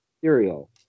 cereal